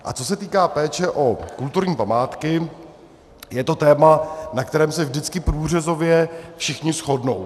A co se týká péče o kulturní památky, je to téma, na kterém se vždycky průřezově všichni shodnou.